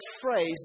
phrase